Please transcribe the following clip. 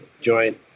joint